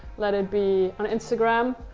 let it be on instagram,